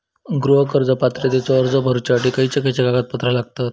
गृह कर्ज पात्रतेचो अर्ज भरुच्यासाठी खयचे खयचे कागदपत्र लागतत?